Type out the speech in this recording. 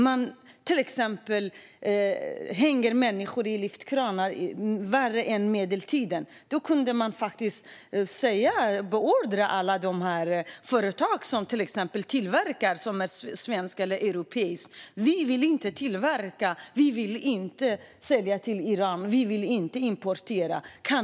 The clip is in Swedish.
Man hänger till exempel människor i lyftkranar - det är värre än på medeltiden - och vi skulle faktiskt kunna beordra alla svenska eller europeiska företag att inte sälja till Iran eller importera därifrån.